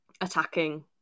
attacking